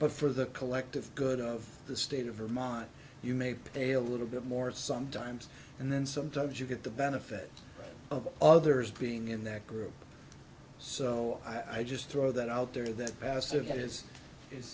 but for the collective good of the state of vermont you may pay a little bit more sometimes and then sometimes you get the benefit of others being in that group so i just throw that out there that passive that i